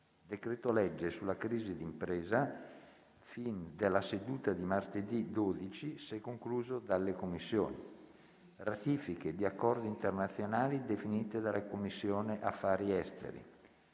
decreto-legge sulla crisi d'impresa, fin dalla seduta di martedì 12 se concluso dalle Commissioni; ratifiche di accordi internazionali definite dalla Commissione affari esteri;